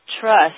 trust